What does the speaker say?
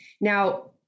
now